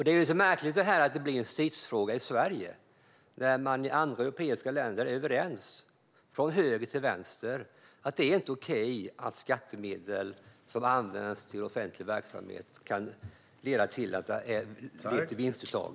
Det är märkligt att detta blir en stridsfråga i Sverige när man i andra europeiska länder är överens, från höger till vänster, om att det inte är okej att skattemedel som används till offentlig verksamhet kan leda till vinstuttag.